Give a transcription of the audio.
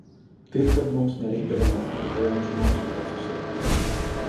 taip kad mums nereikdavo net snargliuojančių nosių kad susirgt